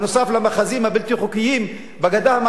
נוסף על המאחזים הבלתי-חוקיים בגדה המערבית,